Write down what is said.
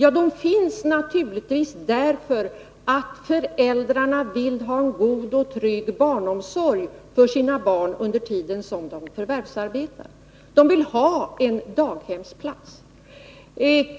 Jo, de finns naturligtvis därför att föräldrarna vill ha en god och trygg barnomsorg för sina barn under den tid som de förvärvsarbetar. De vill ha en daghemsplats.